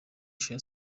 isheja